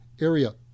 area